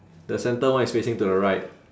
the centre one is facing to the right